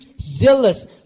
zealous